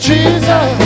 Jesus